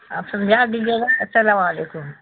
آپ سمجھا دیجیے گا السلام علیکم